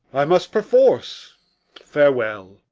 i must perforce farewell.